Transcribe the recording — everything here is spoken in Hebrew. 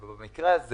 אבל במקרה הזה